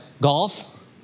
golf